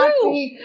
true